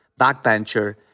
backbencher